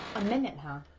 a minute huh?